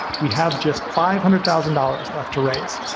we have just five hundred thousand dollars left to raise.